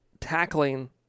tackling